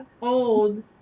old